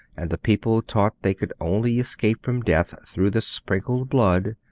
and the people taught they could only escape from death through the sprinkled blood,